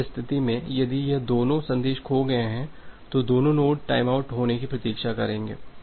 इस स्थिति में यदि यह दोनों संदेश खो गए हैं तो दोनों नोड टाइमआउट होने की प्रतीक्षा करेंगे